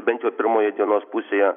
bent jau pirmoje dienos pusėje